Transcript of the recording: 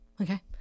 okay